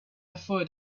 thought